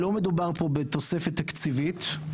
לידיעת האוצר, לא מדובר בתוספת תקציבית.